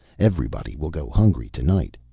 everybody will go hungry to-night.